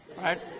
right